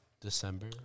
December